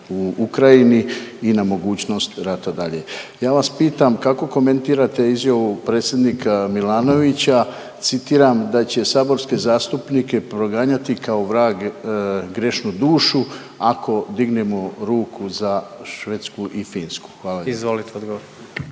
u Ukrajini i na mogućnost rada dalje. Ja vas pitam kako komentirate izjavu predsjednika Milanovića, citiram da će saborske zastupnike proganjati kao vrag grešnu dušu ako dignemo ruku za Švedsku i Finsku? Hvala lijepa.